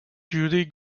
judy